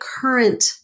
current